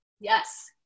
yes